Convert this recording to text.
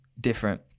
different